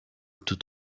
tout